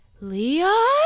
Leon